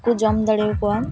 ᱠᱚ ᱡᱚᱢ ᱫᱟᱲᱮᱣᱟᱠᱚᱣᱟ